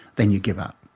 then you give up.